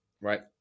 right